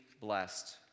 blessed